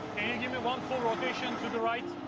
give me one full rotation to the right?